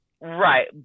Right